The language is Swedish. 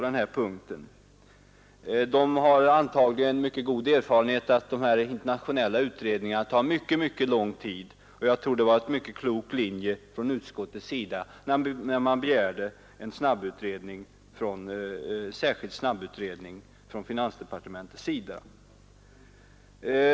Man hade antagligen mycket bestämda erfarenheter av att dessa internationella utredningar tar mycket lång tid, och jag tror att det var en klok linje som utskottet gick in på när man begärde en särskild snabbutredning från finansdepartementets sida.